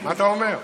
מה אתה אומר.